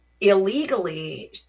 illegally